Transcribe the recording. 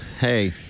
Hey